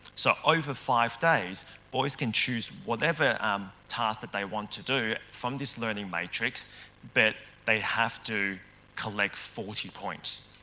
so, over five days boys can choose whatever um tasks that they want to do from this learning matrix but they have to collect forty points,